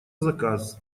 заказ